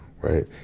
Right